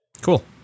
Cool